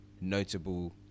notable